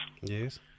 Yes